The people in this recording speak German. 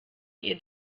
ihr